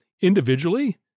individually